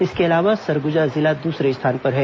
इसके अलावा सरगुजा जिला दूसरे स्थान पर है